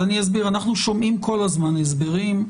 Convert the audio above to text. אנחנו שומעים כל הזמן הסברים,